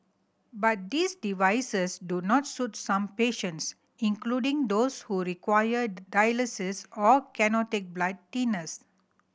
but these devices do not suit some patients including those who require dialysis or cannot take blood thinners